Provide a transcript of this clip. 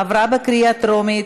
עברה בקריאה טרומית,